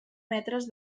metres